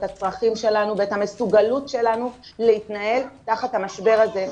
את הצרכים שלנו ואת המסוגלות שלנו להתנהל תחת המשבר הזה.